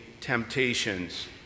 temptations